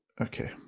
okay